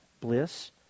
Bliss